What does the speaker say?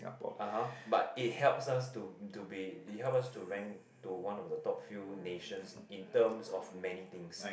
ah ha but it helps us to to be it helps us to rank to one of the top field nations in terms of many things